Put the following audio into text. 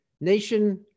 nation